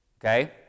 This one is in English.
Okay